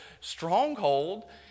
stronghold